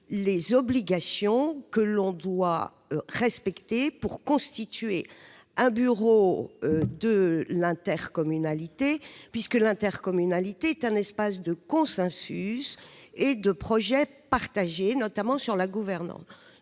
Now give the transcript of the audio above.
les obligations que l'on doit respecter pour constituer le bureau de l'intercommunalité, puisque celle-ci est un espace de consensus et de projets partagés, notamment sur la gouvernance.